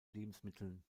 lebensmitteln